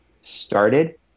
started